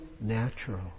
natural